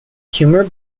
humor